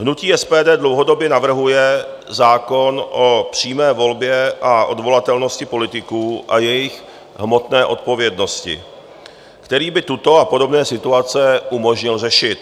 Hnutí SPD dlouhodobě navrhuje zákon o přímé volbě a odvolatelnosti politiků a jejich hmotné odpovědnosti, který by tuto a podobné situace umožnil řešit.